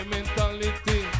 Mentality